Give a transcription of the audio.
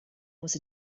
was